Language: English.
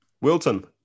Wilton